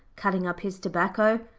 cutting up his tobacco.